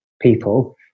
people